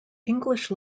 english